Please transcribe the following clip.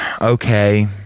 Okay